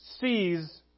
sees